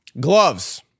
Gloves